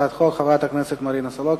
חברי חברי הכנסת, אנחנו ממשיכים בסדר-היום.